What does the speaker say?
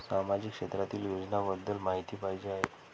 सामाजिक क्षेत्रातील योजनाबद्दल माहिती पाहिजे आहे?